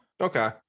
Okay